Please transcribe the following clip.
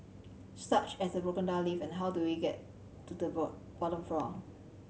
such as a broken down lift and how do we get to the bottom floor